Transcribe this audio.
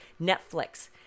Netflix